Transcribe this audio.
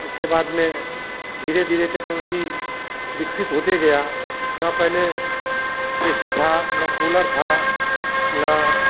इसके बाद में धीरे धीरे टेक्नोलोजी विकसित होते गया ना पहले ए सी था न कूलर था न